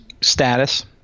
status